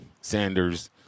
Sanders